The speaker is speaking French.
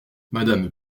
madame